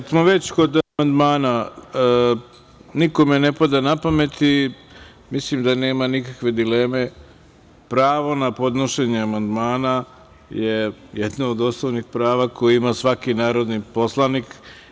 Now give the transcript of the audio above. Kad smo već kod amandmana, nikome ne pada na pamet i mislim da nema nikakve dileme, pravo na podnošenje amandmana je jedno od osnovnih prava koji ima svaki narodni poslanik.